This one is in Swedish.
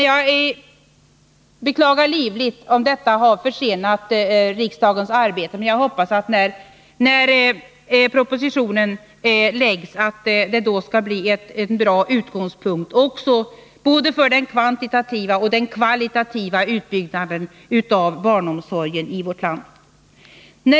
Jag beklagar livligt om detta har försenat riksdagens arbete, men jag hoppas att propositionen när den läggs fram skall bli en bra utgångspunkt för både den kvantitativa och den kvalitativa utbyggnaden av barnomsorgen i vårt land.